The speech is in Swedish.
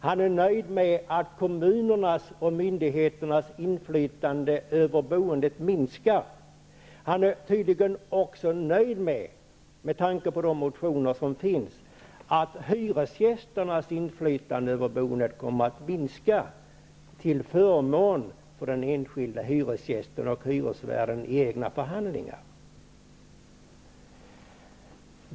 Han är nöjd med att kommunernas och myndigheternas inflytande över boendet minskar. Han är tydligen också nöjd med, med tanke på de motioner som finns, att hyresgästernas inflytande över boendet kommer att minska till förmån för den enskilda hyresgästen och hyresvärden i egna förhandlingar.